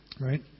right